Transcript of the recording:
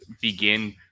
begin